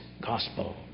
gospel